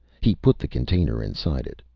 he put the container inside it.